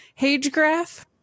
Hagegraph